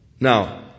Now